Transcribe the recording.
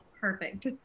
Perfect